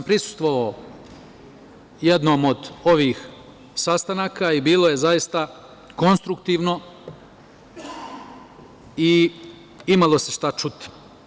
Prisustvovao sam jednom od ovih sastanaka i bilo je zaista konstruktivno i imalo se šta čuti.